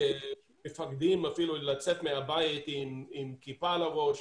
שמפחדים אפילו לצאת מהבית עם כיפה על הראש,